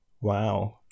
wow